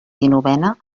dinovena